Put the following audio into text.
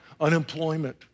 unemployment